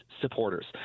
supporters